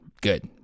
good